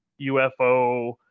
UFO